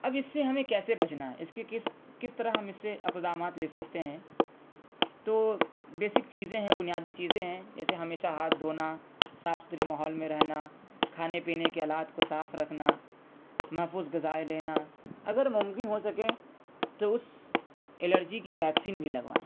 اب اس سے ہمیں کیسے بچنا ہے اس کے کس کس طرح ہم اس سے اقدامات لے سکتے ہیں تو بیسک چیزیں ہیں بنیادی چیزیں ہیں جیسے ہمیشہ ہاتھ دھونا صاف ستھری ماحول میں رہنا کھانے پینے کے آلات کو صاف رکھنا محفوظ غذائیں لینا اگر ممکن ہو سکیں تو اس الرجی کی ویکسین بھی لگوائیں